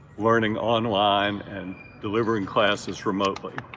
learning online and delivering classes remotely.